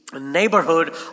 neighborhood